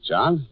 John